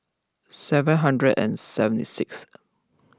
seven hundred and seventy sixth